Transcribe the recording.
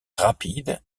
rapide